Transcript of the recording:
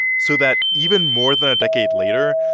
so that even more than a decade later,